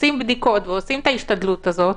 עושים בדיקות ועושים את ההשתדלות הזאת,